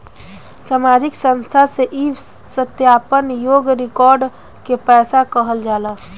सामाजिक संस्था से ई सत्यापन योग्य रिकॉर्ड के पैसा कहल जाला